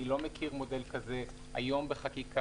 אני לא מכיר מודל כזה היום בחקיקה,